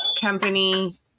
company